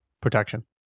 protection